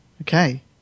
Okay